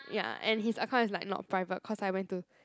ya and his account is like not private cause I went to